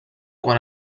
quan